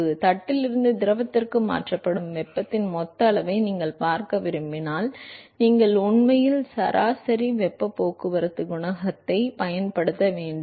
எனவே தட்டில் இருந்து திரவத்திற்கு மாற்றப்படும் வெப்பத்தின் மொத்த அளவை நீங்கள் பார்க்க விரும்பினால் நீங்கள் உண்மையில் சராசரி வெப்ப போக்குவரத்து குணகத்தைப் பயன்படுத்த வேண்டும்